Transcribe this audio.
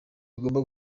bigomba